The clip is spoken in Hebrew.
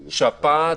שפעת,